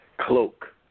cloak